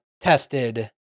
tested